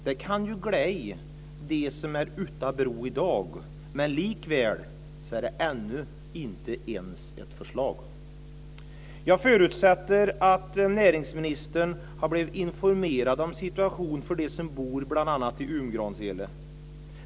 Det kan glädja dem som är utan bro i dag, men likväl är det ännu inte ens ett förslag. Jag förutsätter att näringsministern har blivit informerad om situationen för dem som bor bl.a. i Umgransele.